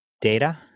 data